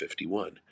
51